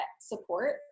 support